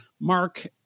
Mark